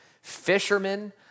Fishermen